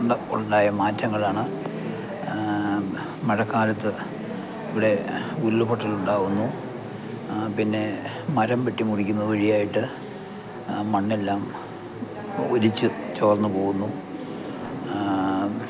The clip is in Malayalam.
ഉണ്ട് ഉണ്ടായ മാറ്റങ്ങളാണ് മഴക്കാലത്ത് ഇവിടെ ഉരുള് പൊട്ടലുണ്ടാവുന്നു പിന്നെ മരം വെട്ടി മുറിക്കുന്നത് വഴിയായിട്ട് മണ്ണെല്ലാം ഒലിച്ച് ചോർന്ന് പോകുന്നു